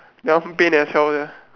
that one pain as hell ah